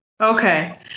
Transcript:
Okay